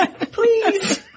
Please